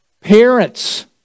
Parents